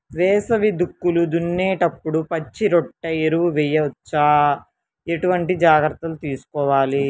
వేసవి దుక్కులు దున్నేప్పుడు పచ్చిరొట్ట ఎరువు వేయవచ్చా? ఎటువంటి జాగ్రత్తలు తీసుకోవాలి?